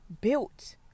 built